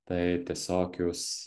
tai tiesiog jūs